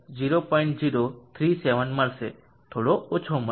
037 મળશે થોડો ઓછો મળશે